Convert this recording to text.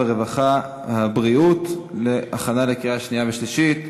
הרווחה והבריאות להכנה לקריאה שנייה ושלישית.